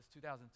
2002